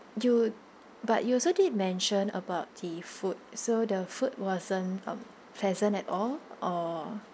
you but you also did mention about the food so the food wasn't um pleasant at all or